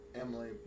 Emily